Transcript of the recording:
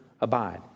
abide